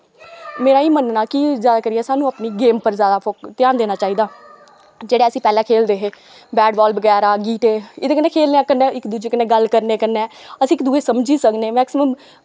मेरा एह् मन्नना कि जादा करियै साह्नू अपनी गेम पर जादा फोक्स ध्यान देना चाही दा जेह्ड़ा अस पैह्लैं खेलदे हे बैट बॉल बगैरा गीह्टे एह्दे कन्नै खेलने कन्नै इक दुजे कन्नै गल्ल करने कन्नै अस इक दुऐ गी समझी सकने मैकसिमम